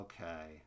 Okay